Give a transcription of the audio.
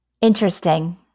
Interesting